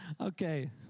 Okay